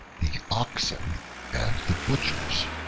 the oxen and the butchers